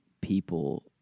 people